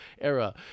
Era